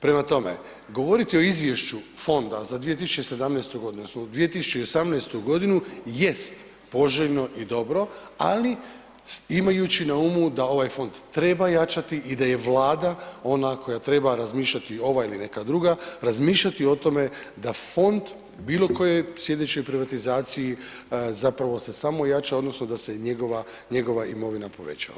Prema tome, govoriti o izvješću fonda za 2017.g. odnosno 2018.g. jest poželjno i dobro, ali imajući na umu da ovaj fond treba jačati i da je Vlada ona koja treba razmišljati, ova ili neka druga, razmišljati o tome da fond u bilo kojoj slijedećoj privatizaciji zapravo se samo jača odnosno da se njegova, njegova imovina povećava.